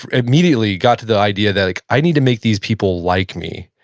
immediately got to the idea that like i need to make these people like me,